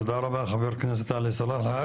תודה רבה חבר הכנסת עלי סלאלחה,